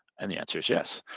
and the answer is yes.